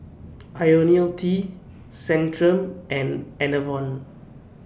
Ionil T Centrum and Enervon